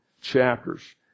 chapters